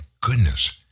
goodness